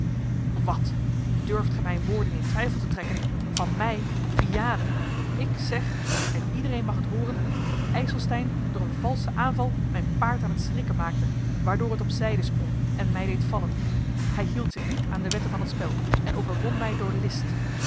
wat durft ge mijne woorden in twijfel trekken van mij vianen ik zeg en iedereen mag het hooren dat ijselstein door een valschen aanval mijn paard aan het schrikken maakte waardoor het op zijde sprong en mij deed vallen hij hield zich niet aan de wetten van het spel en overwon mij door list